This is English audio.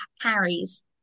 carries